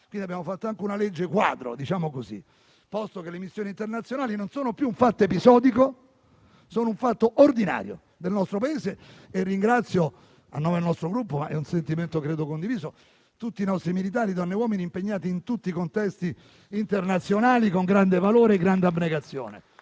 annuale, abbiamo approvato anche una legge quadro, posto che le missioni internazionali non sono più un fatto episodico, ma un fatto ordinario del nostro Paese. Ringrazio, a nome del nostro Gruppo ma credo sia un sentimento condiviso, tutti i nostri militari, donne e uomini impegnati in tutti i contesti internazionali con grande valore e grande abnegazione.